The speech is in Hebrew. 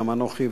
אנוכי,